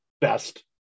best